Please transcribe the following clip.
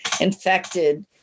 infected